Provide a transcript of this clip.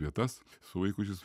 vietas su vaikučiais